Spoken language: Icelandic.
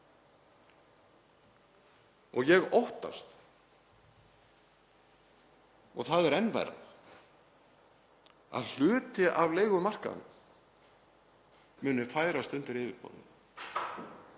Ég óttast, og það er enn verra, að hluti af leigumarkaðnum muni færast undir yfirborðið,